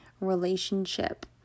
relationship